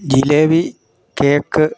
jalebi cake